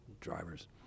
drivers